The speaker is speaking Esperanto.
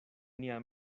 nia